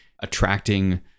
attracting